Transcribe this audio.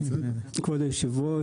כבוד היושב-ראש,